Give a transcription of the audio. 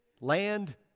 Land